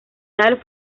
tal